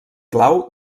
clau